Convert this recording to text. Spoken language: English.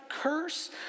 curse